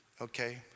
Okay